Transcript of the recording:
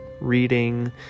reading